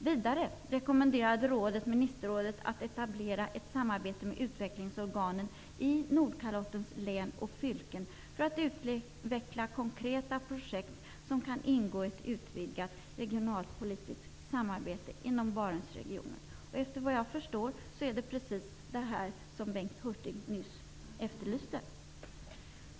Vidare rekommenderade rådet Ministerrådet att etablera ett samarbete med utvecklingsorganen i Nordkalottens län och fylken för att utveckla konkreta projekt som kan ingå i ett utvidgat regionalpolitiskt samarbete inom Barentsregionen. Såvitt jag förstår, efterlyste Bengt Hurtig precis detta nyss.